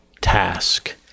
task